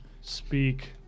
speak